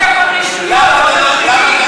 אני רוצה שרב ראשי יהיה גדול הדור, נו,